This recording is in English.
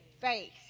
Faith